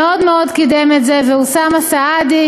שמאוד מאוד קידם את זה, ולאוסאמה סעדי,